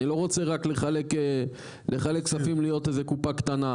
אני לא רוצה רק לחלק כספים להיות איזו קופה קטנה,